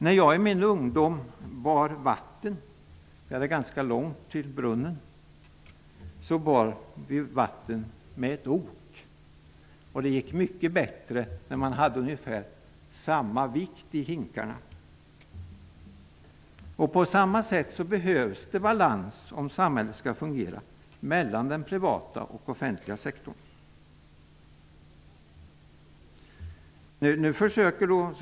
När jag i min ungdom bar vatten -- vi hade ganska långt till brunnen -- bar jag vattnet med ok. Det gick mycket bättre att bära när jag hade ungefär samma vikt i båda hinkarna. På samma sätt behövs det en balans mellan den privata och den offentliga sektorn i samhället om samhället skall fungera.